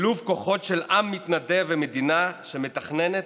שילוב כוחות של עם מתנדב ומדינה שמתכננת